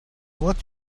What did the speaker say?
what